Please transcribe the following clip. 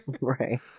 Right